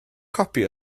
copi